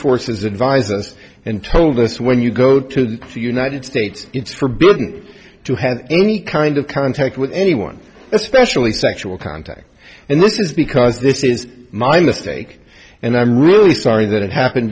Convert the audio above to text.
forces advise us and told us when you go to the united states it's forbidden to have any kind of contact with anyone especially sexual contact and this is because this is my mistake and i'm really sorry that it happened